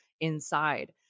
inside